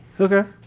okay